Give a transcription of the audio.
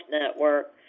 Network